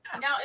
Now